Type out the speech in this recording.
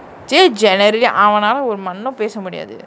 ja~ january அவனால ஒரு மண்ணு பேச முடியாது:avanaala oru mannu pesa mudiyaathu